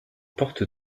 portes